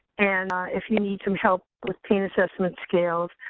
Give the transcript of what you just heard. and if you need some help with pain assessment scales.